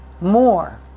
more